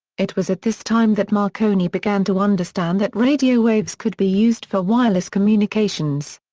it was at this time that marconi began to understand that radio waves could be used for wireless communications.